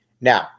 Now